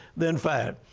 then fine.